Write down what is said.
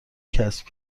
کسب